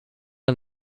and